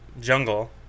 jungle